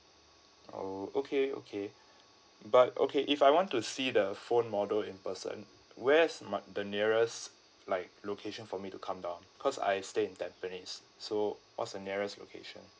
oh okay okay but okay if I want to see the phone model in person where's might the nearest like location for me to come down cause I staying in tampines so what's the nearest location